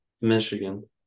Michigan